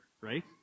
right